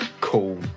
cool